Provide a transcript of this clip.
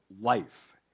life